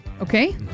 Okay